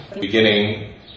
beginning